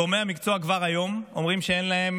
גורמי המקצוע כבר היום אומרים שאין להם